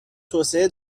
توسعه